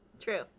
True